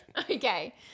Okay